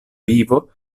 vivo